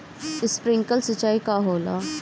Sprinkler सिंचाई का होला?